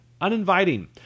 uninviting